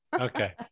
Okay